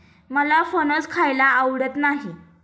मला फणस खायला आवडत नाही